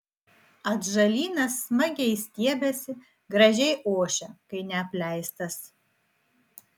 atžalynas smagiai stiebiasi gražiai ošia kai neapleistas